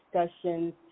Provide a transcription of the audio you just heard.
discussions